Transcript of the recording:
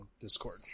Discord